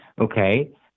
Okay